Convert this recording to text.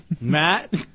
Matt